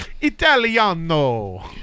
Italiano